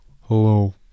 Hello